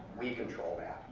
we control that.